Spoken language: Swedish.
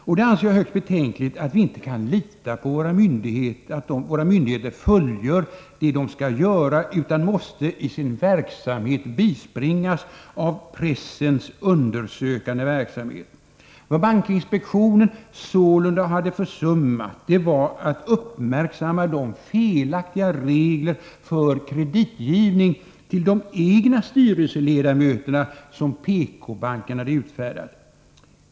Jag anser det högst betänkligt att vi inte kan lita på att våra myndigheter fullgör det de skall göra utan i sin verksamhet måste bispringas av pressens undersökande verksamhet. Vad bankinspektionen sålunda hade försummat var att uppmärksamma de felaktiga regler för kreditgivning till de egna styrelseledamöterna som PK-banken hade utfärdat.